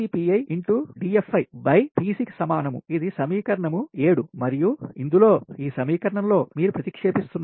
ఇది సమీకరణం ఇది సమీకరణం 7 మరియు ఇందులో ఈ సమీకరణం లో మీరు ప్రతిక్షేపిస్తున్నారు